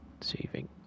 Saving